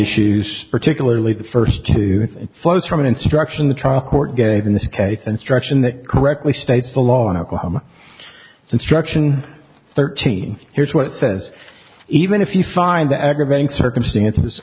issues particularly the first two flows from an instruction the trial court gave in this case instruction that correctly states the law in oklahoma construction thirteen here's what it says even if you find the aggravating circumstances